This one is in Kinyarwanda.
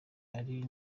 ari